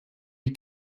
you